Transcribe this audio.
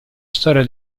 storia